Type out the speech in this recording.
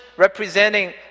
Representing